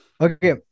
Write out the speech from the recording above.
Okay